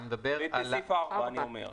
אתה מדבר על סכום הטעימות.